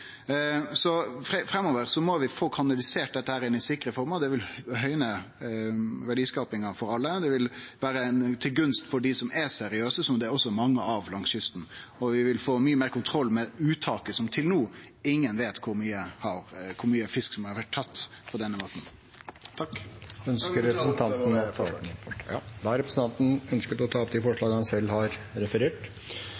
Framover må vi få kanalisert dette inn i sikre former, det vil høgne verdiskapinga for alle, og det vil vere til gunst for dei som er seriøse, som det òg er mange av langs kysten. Og vi vil få mykje meir kontroll med uttaket, for til no er det ingen som veit kor mykje fisk som har vore tatt på denne måten. Eg tek opp forslaga frå SV. Da har representanten Torgeir Knag Fylkesnes tatt opp